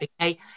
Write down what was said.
Okay